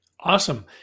Awesome